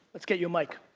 let's get you a mic.